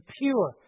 pure